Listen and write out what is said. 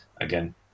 again